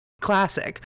Classic